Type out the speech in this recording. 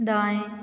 दाएँ